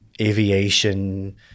aviation